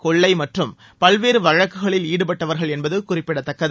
கொள்ளை மற்றும் பல்வேறு வழக்குகளில் ஈடுபட்டவர்கள் என்பது குறிப்பிடத்தது